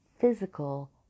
physical